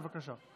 בבקשה.